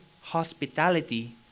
hospitality